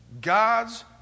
god's